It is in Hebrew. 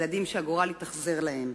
ילדים שהגורל התאכזר אליהם,